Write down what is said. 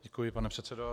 Děkuji, pane předsedo.